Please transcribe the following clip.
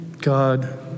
God